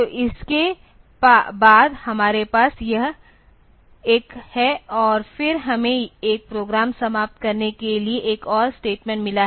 तो इसके बाद हमारे पास यह एक है और फिर हमें एक प्रोग्राम समाप्त करने के लिए एक और स्टेटमेंट मिला है